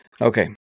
Okay